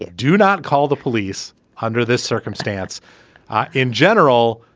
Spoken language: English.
ah do not call the police under this circumstance in general,